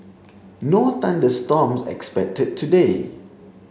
no thunder storms expected today